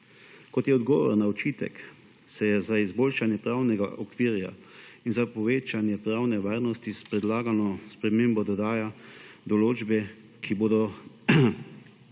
Kot odgovor na očitek se za izboljšanje pravnega okvira in za povečanje pravne varnosti s predlagano spremembo dodajajo določbe, ki bodo